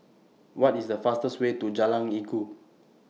What IS The fastest Way to Jalan Inggu